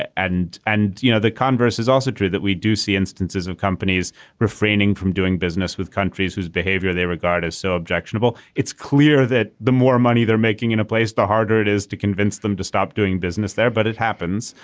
and and you know the converse is also true that we do see instances of companies refraining from doing business with countries whose behavior they regard as so objectionable. it's clear that the more money they're making in a place the harder it is to convince them to stop doing business there. but it happens.